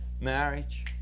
marriage